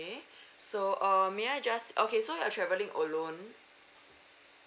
~ay so uh may I just okay so you're traveling alone